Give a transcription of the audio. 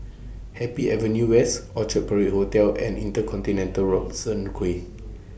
Happy Avenue West Orchard Parade Hotel and InterContinental Robertson Quay